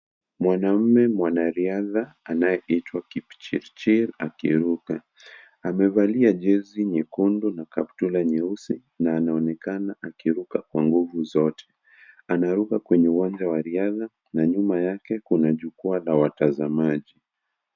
Mwanamme mwanariadha anayeitwa Kipchirchir akiruka, amevalià jersey nyekundu na kaptura nyeusi na anaonekana akiruka kwa nguvu zote, anaruka kwenye uwanja wa riadha na nyuma yake kuna jukwaa la watazamaji.